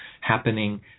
happening